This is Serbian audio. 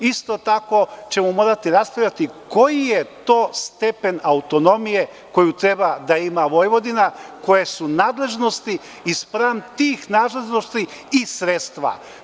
Isto tako ćemo morati raspravljati koji je to stepen autonomije koju treba da ima Vojvodina, koje su nadležnosti i spram tih nadležnosti i sredstva.